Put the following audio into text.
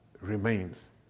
remains